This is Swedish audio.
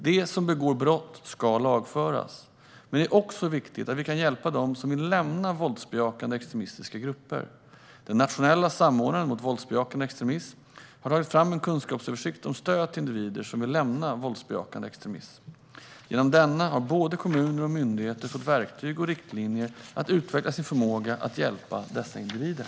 De som begår brott ska lagföras, men det är också viktigt att vi kan hjälpa dem som vill lämna våldsbejakande extremistiska grupper. Den nationella samordnaren mot våldsbejakande extremism har tagit fram en kunskapsöversikt om stöd till individer som vill lämna våldsbejakande extremism. Genom denna har både kommuner och myndigheter fått verktyg och riktlinjer att utveckla sin förmåga att hjälpa dessa individer.